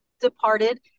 departed